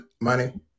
money